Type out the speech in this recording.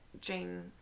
Jane